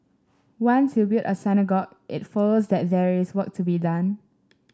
once you build a synagogue it follows that there is work to be done